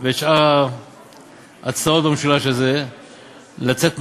ואת שאר הצלעות במשולש הזה לצאת מהאחריות.